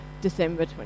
December